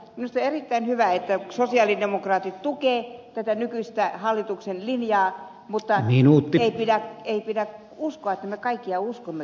on erittäin hyvä että sosialidemokraatit tukevat tätä nykyistä hallituksen linjaa mutta ei pidä uskoa että me ihan kaikkea uskomme